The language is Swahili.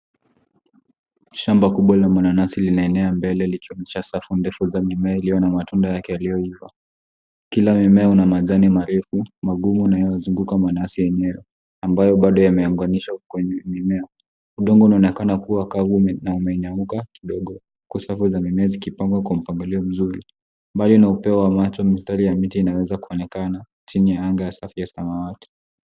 Shamba limepambwa kwa nanasi na safu za mimea na matunda. Kila mmea una majani maridadi, makubwa, yanayozunguka nanasi katikati, ambao bado umeunganishwa na ukuaji wa mimea mingine. Shamba linaonekana kuwa limekulimiwa kwa umakini na limepangwa vizuri, likionyesha mpangilio mzuri wa mimea. Eneo hili linaonekana kupewa matunzo ya mara kwa mara, na chini yake kuna udongo unaong’aa chini ya mwanga wa jua.